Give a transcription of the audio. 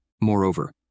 Moreover